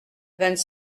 vingt